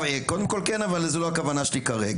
קודם כול, כן, אבל זו לא הכוונה שלי כרגע.